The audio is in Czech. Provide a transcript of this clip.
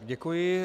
Děkuji.